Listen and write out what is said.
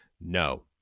no